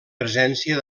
presència